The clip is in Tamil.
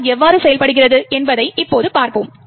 ASLR எவ்வாறு செயல்படுகிறது என்பதை இப்போது பார்ப்போம்